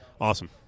awesome